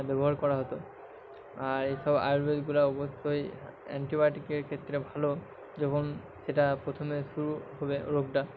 ব্যবহার করা হতো আর এসব আয়ুর্বেদগুলা অবশ্যই অ্যান্টিবায়োটিকের ক্ষেত্রে ভালো যখন সেটা প্রথমে শুরু হবে রোগটা